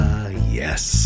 yes